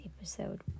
episode